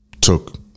took